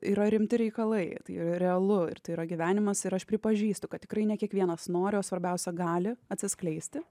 yra rimti reikalai tai realu ir tai yra gyvenimas ir aš pripažįstu kad tikrai ne kiekvienas nori o svarbiausia gali atsiskleisti